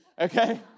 Okay